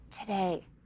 today